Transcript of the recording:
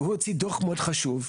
והוא הוציא דוח מאוד חשוב.